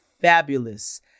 fabulous